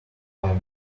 fire